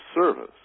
service